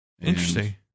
Interesting